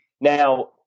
Now